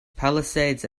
palisades